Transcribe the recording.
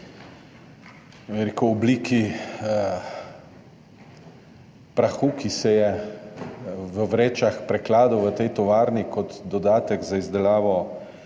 obliki prahu, ki se je v vrečah prekladal v tej tovarni kot dodatek za izdelavo